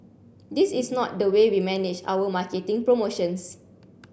this is not the way we manage our marketing promotions